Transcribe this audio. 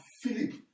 Philip